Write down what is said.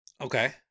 Okay